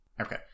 Okay